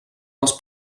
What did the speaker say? les